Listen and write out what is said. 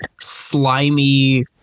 slimy